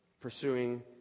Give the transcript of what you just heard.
pursuing